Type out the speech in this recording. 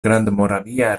grandmoravia